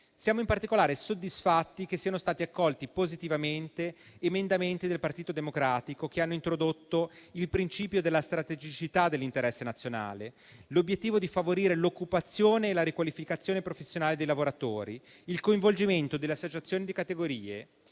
Siamo in particolare soddisfatti che siano stati accolti positivamente emendamenti del Partito Democratico che hanno introdotto il principio della strategicità dell'interesse nazionale; l'obiettivo di favorire l'occupazione e la riqualificazione professionale dei lavoratori e il coinvolgimento delle associazioni di categorie;